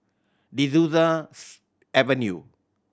De Souza Avenue